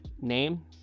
name